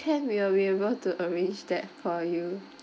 can we'll able to arrange that for you